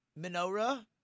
menorah